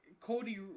Cody